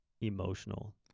emotional